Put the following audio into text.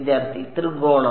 വിദ്യാർത്ഥി ത്രികോണം